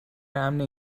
امن